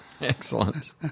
Excellent